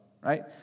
right